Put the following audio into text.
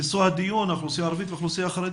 נשוא הדיון האוכלוסייה הערבית והאוכלוסייה החרדית,